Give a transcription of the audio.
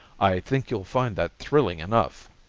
i think you'll find that thrilling enough.